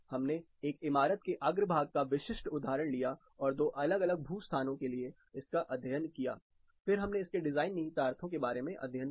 हमने एक इमारत के अग्रभाग का विशिष्ट उदाहरण लिया और दो अलग अलग भू स्थानों के लिए इसका अध्ययन किया फिर हमने इसके डिजाइन निहितार्थों के बारे में अध्ययन किया